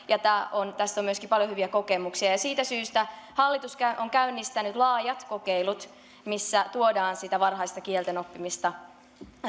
ja tästä on myöskin paljon hyviä kokemuksia ja siitä syystä hallitus on käynnistänyt laajat kokeilut missä tuodaan sitä varhaista kielten oppimista